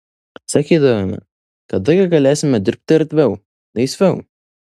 sakydavome kada gi galėsime dirbti erdviau laisviau